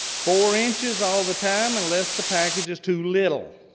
four inches all the time unless the package is too little.